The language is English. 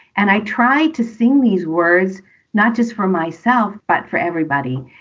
and i try to sing these words not just for myself, but for everybody.